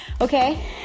okay